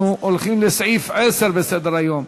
אנחנו עוברים לסעיף 10 בסדר-היום: